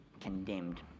condemned